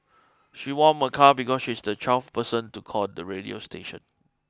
she won a car because she was the twelfth person to call the radio station